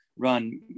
run